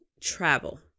travel